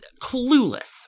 clueless